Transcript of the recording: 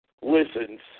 Listens